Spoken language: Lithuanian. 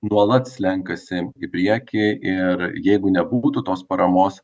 nuolat slenkasi į priekį ir jeigu nebūtų tos paramos